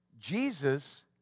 Jesus